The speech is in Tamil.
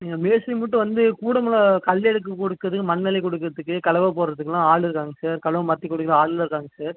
நீங்கள் மேஸ்திரி மட்டும் வந்து கூட மாட கல்லு எடுத்து கொடுக்குறதுக்கு மண்ணு அள்ளி கொடுக்குறதுக்கு கலவை போட்றதுக்கெல்லாம் ஆள் இருக்காங்க சார் கலவை மாற்றி கொடுக்க ஆளுங்கெளெல்லாம் இருக்காங்க சார்